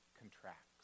contracts